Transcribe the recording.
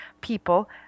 people